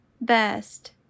best